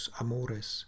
amores